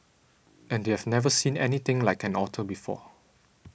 and they have never seen anything like an otter before